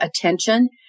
attention